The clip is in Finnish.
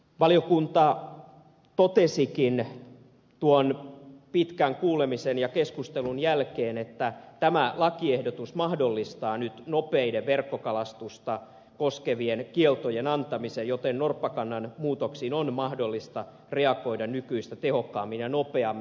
valiokunta totesikin tuon pitkän kuulemisen ja keskustelun jälkeen että tämä lakiehdotus mahdollistaa nyt nopeiden verkkokalastusta koskevien kieltojen antamisen joten norppakannan muutoksiin on mahdollista reagoida nykyistä tehokkaammin ja nopeammin